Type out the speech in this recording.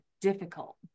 difficult